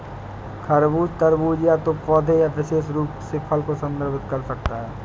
खरबूज, तरबूज या तो पौधे या विशेष रूप से फल को संदर्भित कर सकता है